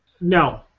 No